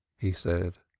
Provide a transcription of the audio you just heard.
he said.